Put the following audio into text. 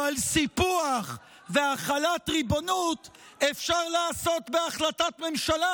אבל סיפוח והחלת ריבונות אפשר לעשות בהחלטת ממשלה,